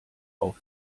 auf